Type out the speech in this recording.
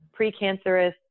precancerous